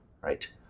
Right